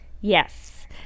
Yes